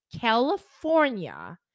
California